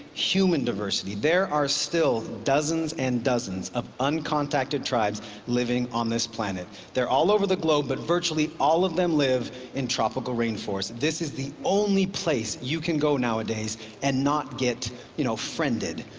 human diversity. there are still dozens and dozens of uncontacted tribes living on this planet. they're all over the globe, but virtually all of them live in tropical rainforests. this is the only place you can go nowadays and not get you know friended.